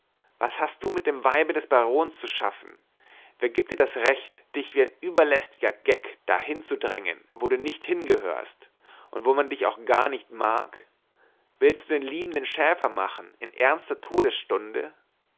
was hast du mit dem weibe des barons zu schaffen wer gibt dir das recht dich wie ein überlästiger geck da hinzudrängen wo du nicht hingehörst und wo man dich auch gar nicht mag willst du den liebenden schäfer machen in ernster todesstunde